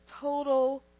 total